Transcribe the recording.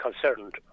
concerned